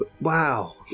wow